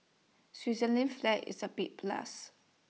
Switzerland's flag is A big plus